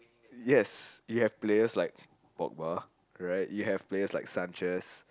yes you have players like Pogba right you have players like Sanchez